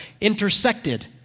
intersected